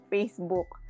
Facebook